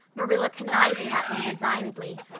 marilla conniving at them resignedly,